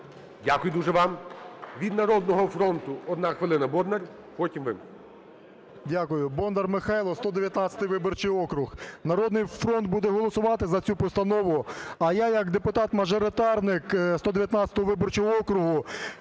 Дякую дуже вам. Від "Народного фронту" одна хвилина Бондар, потім – ви. 11:39:31 БОНДАР М.Л. Дякую. Бондар Михайло, 119 виборчий округ. "Народний фронт" буде голосувати за цю постанову. А я як депутат-мажоритарник 119 виборчого округу